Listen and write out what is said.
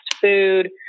food